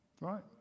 Right